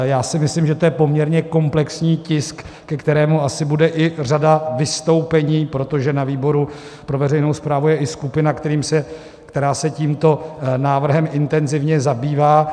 Já si myslím, že to je poměrně komplexní tisk, ke kterému asi bude i řada vystoupení, protože na výboru pro veřejnou správu je i skupina, která se tímto návrhem intenzivně zabývá.